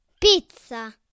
Pizza